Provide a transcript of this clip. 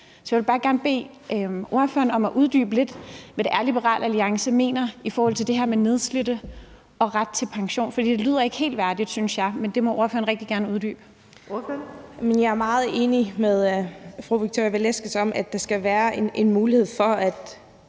Så jeg vil bare gerne bede ordføreren om at uddybe lidt, hvad det er, Liberal Alliance mener i forhold til det her med at være nedslidt og have ret til pension. For det lyder ikke helt rimeligt, synes jeg, men det må ordføreren rigtig gerne uddybe. Kl. 14:54 Den fg. formand (Birgitte Vind): Ordføreren. Kl. 14:54